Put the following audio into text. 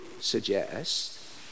suggest